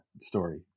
story